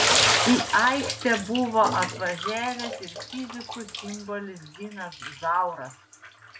į aikštę buvo atvažiavęs ir fizikų simbolis dinas zauras